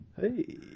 Hey